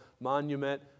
monument